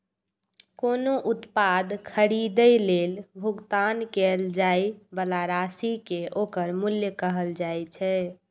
कोनो उत्पाद खरीदै लेल भुगतान कैल जाइ बला राशि कें ओकर मूल्य कहल जाइ छै